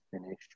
finish